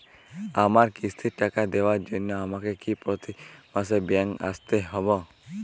আমার কিস্তির টাকা দেওয়ার জন্য আমাকে কি প্রতি মাসে ব্যাংক আসতে হব?